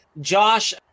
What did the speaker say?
josh